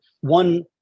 one